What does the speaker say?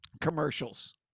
commercials